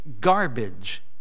garbage